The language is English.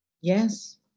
Yes